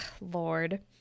Lord